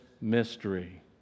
mystery